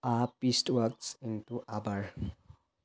আ পিষ্ট ৱাটছ into a bar